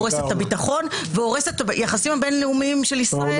הורסת את הביטחון והורסת את היחסים בין-לאומיים של ישראל